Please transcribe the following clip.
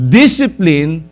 discipline